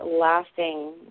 lasting